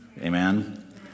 Amen